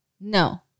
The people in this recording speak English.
No